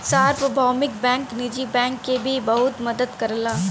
सार्वभौमिक बैंक निजी बैंक के भी बहुत मदद करला